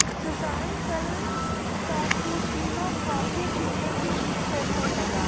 सुशांत कल cappuccino coffee पीने की जिद्द करने लगा